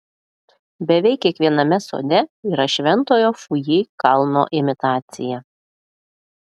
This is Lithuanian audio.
beveik kiekviename sode yra šventojo fuji kalno imitacija